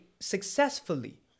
successfully